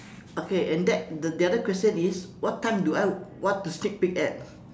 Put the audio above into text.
okay and that the the other question is what time do I want to sneak peek at